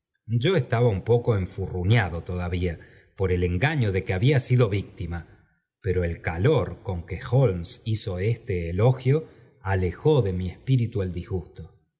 yo estaba un poco enfurruñado todavía por el engaño de que había sido víctima pero el calor con que hohnes hizo este elogio alejó de mi espíritu el disgusto